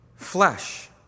flesh